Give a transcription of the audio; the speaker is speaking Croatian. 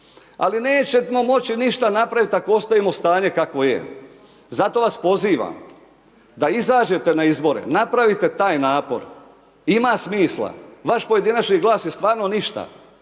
Ali nećemo moći ništa napravit ako ostavimo stanje kakvo je, zato vas pozivam da izađete na izbore napravite taj napor ima smisla, vaš pojedinačni glas je stvarno ništa,